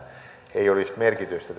ei olisi merkitystä